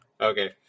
Okay